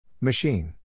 Machine